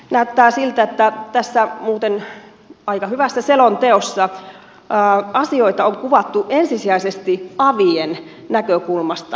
näyttää siltä että tässä muuten aika hyvässä selonteossa asioita on kuvattu ensisijaisesti avien näkökulmasta